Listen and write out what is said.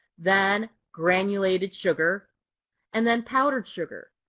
then granulated sugar and then powdered sugar.